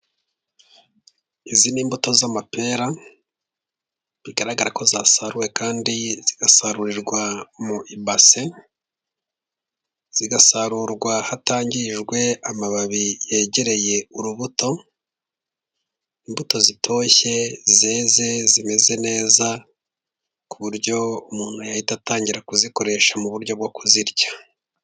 Izi ni imbuto z'amapera bigaragara ko zasaruwe kandi zigasarurirwa mu ibase zigasarurwa hatangijwe amababi yegereye urubuto. Imbuto zitoshye zeze zimeze neza ku buryo umuntu yahita atangira kuzikoresha mu buryo bwo kuzirya.